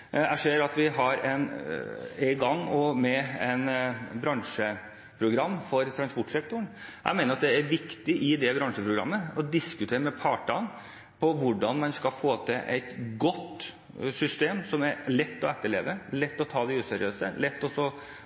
i det bransjeprogrammet er viktig å diskutere med partene om hvordan man skal få til et godt system, som er lett å etterleve, som gjør det lett å ta de useriøse, og som gjør det lett å